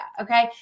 okay